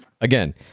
again